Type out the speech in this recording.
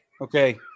okay